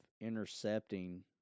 intercepting